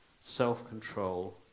self-control